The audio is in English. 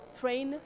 train